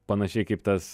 panašiai kaip tas